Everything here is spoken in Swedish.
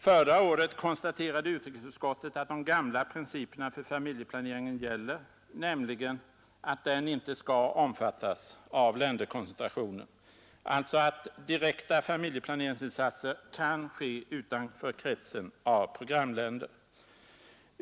Förra året konstaterade utrikesutskottet att de gamla principerna för familjeplaneringen gäller, nämligen att den inte skall omfattas av länderkoncentrationen. Direkta familjeplaneringsinsatser kan alltså ske utanför kretsen av programländer.